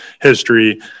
history